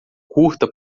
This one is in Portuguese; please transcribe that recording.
curta